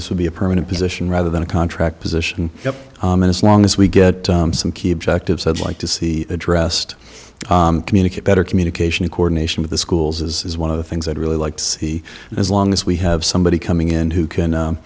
this will be a permanent position rather than a contract position and as long as we get some key objectives i'd like to see addressed communicate better communication coordination with the schools is one of the things i'd really like to see as long as we have somebody coming in who can